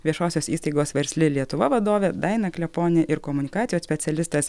viešosios įstaigos versli lietuva vadovė daina kleponė ir komunikacijos specialistas